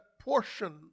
portion